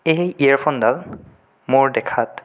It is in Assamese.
এই ইয়েৰ ফোনডাল মোৰ দেখাত